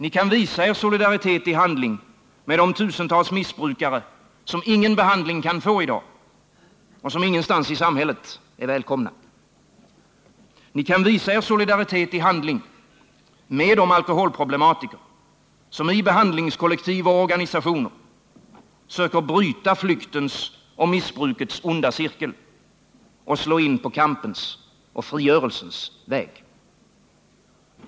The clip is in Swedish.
Ni kan visa er solidaritet i handling med de tusentals missbrukare som ingen behandling kan få i dag, och som ingenstans i samhället är välkomna. Ni kan visa er solidaritet i handling med de alkoholproblematiker som i behandlingskollek tiv och organisationer söker bryta flyktens och missbrukets onda cirkel och slå in på kampens och frigörelsens väg.